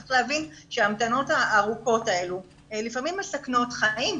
צריך להבין שההמתנות הארוכות האלו לפעמים מסכנות חיים,